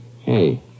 Hey